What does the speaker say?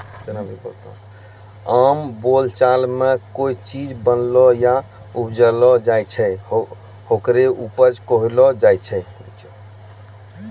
आम बोलचाल मॅ कोय चीज बनैलो या उपजैलो जाय छै, होकरे उपज कहलो जाय छै